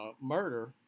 murder